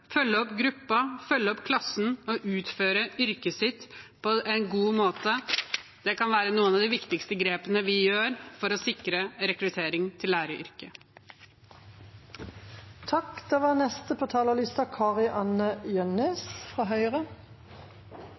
følge opp gruppen, følge opp klassen og utføre yrket sitt på en god måte. Det kan være noen av de viktigste grepene vi gjør for å sikre rekruttering til læreryrket.